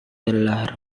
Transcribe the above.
telah